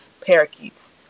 parakeets